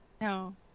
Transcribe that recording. No